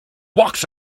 walks